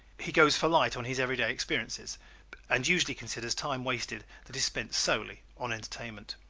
he goes for light on his everyday experiences and usually considers time wasted that is spent solely on entertainment.